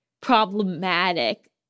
problematic